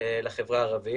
לחברה הערבית.